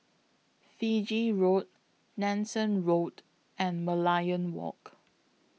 Fiji Road Nanson Road and Merlion Walk